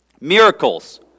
Miracles